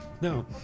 no